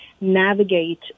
navigate